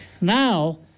Now